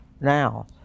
now